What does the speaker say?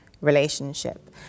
relationship